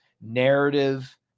narrative